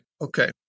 Okay